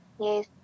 Yes